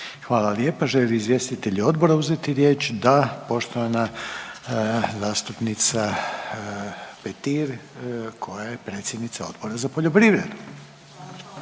Hvala lijepa. Želi li izvjestitelj odbora uzeti riječ? Da, poštovana zastupnica Petir koja je predsjednica Odbora za poljoprivredu.